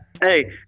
Hey